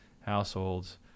households